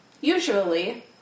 Usually